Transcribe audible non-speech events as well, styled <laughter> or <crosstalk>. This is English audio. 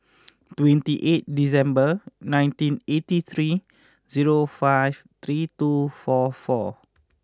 <noise> twenty eight December nineteen eighty three zero five three two four four